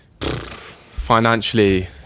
financially